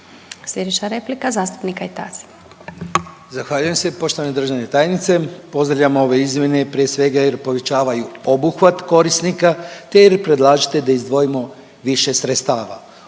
Slijedeća replika, zastupnik Kajtazi.